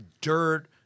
Dirt